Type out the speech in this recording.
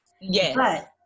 Yes